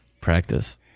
Practice